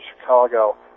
Chicago